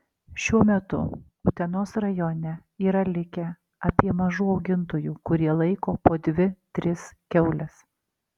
šiuo metu utenos rajone yra likę apie mažų augintojų kurie laiko po dvi tris kiaules